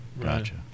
Gotcha